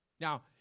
Now